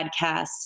podcasts